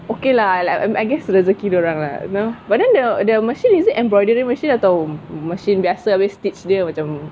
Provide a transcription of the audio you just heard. okay lah like I I guess rezeki dorang lah you know but then the the machine is it embroidery machine atau machine just help you stitch atau